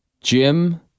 Jim